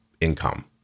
income